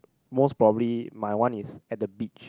most probably my one is at the beach